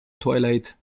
twilight